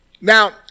Now